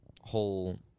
whole